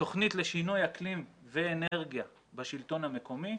תוכנית לשינוי אקלים ואנרגיה בשלטון המקומי,